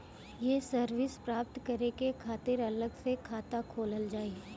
ये सर्विस प्राप्त करे के खातिर अलग से खाता खोलल जाइ?